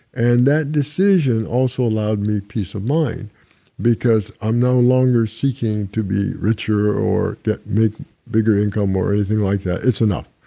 and that decision also allowed me peace of mind because i'm no longer seeking to be richer or get bigger income or anything like that. it's enough.